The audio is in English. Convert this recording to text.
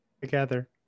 Together